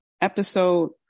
episode